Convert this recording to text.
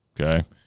okay